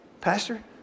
Pastor